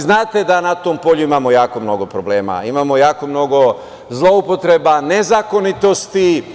Znate da na tom polju imamo jako mnogo problema, imamo jako mnogo zloupotreba, nezakonitosti.